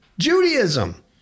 Judaism